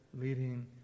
leading